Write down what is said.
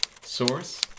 Source